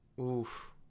Oof